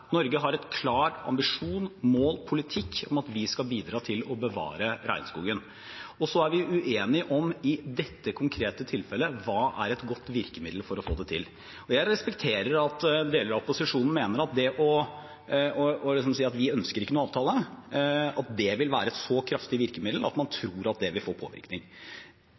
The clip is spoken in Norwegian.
Norge har en klar ambisjon, et mål, en politikk, om at vi skal bidra til å bevare regnskogen. Så er vi uenige om hva som er et godt virkemiddel for å få det til i dette konkrete tilfellet. Jeg respekterer at deler av opposisjonen mener at det å si at vi ikke ønsker noen avtale, vil være et så kraftig virkemiddel at man tror at det vil få påvirkning.